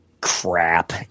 Crap